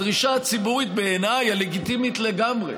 הדרישה הציבורית, בעיניי, הלגיטימית לגמרי,